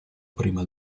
prima